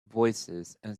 voicesand